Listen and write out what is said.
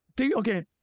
okay